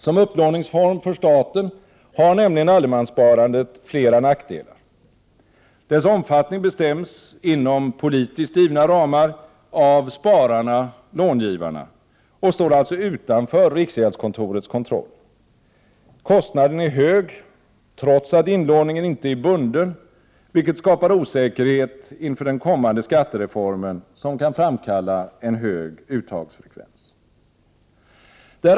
Som upplåningsform för staten har nämligen allemanssparandet flera nackdelar. Dess omfattning bestäms inom politiskt givna ramar av spararna/långivarna och står alltså utanför riksgäldskontorets kontroll. Kostnaden är hög, trots att inlåningen inte är bunden, vilket skapar osäkerhet inför den kommande skattereformen, som kan framkalla en hög uttagsfrekvens.